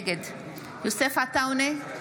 נגד יוסף עטאונה,